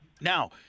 Now